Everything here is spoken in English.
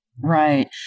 right